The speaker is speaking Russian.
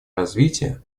развития